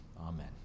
Amen